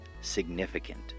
significant